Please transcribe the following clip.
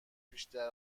بیشتر